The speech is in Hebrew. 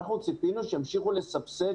אנחנו ציפינו שימשיכו לסבסד,